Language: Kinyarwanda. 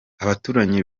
abaturanyi